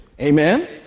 Amen